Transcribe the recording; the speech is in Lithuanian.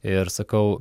ir sakau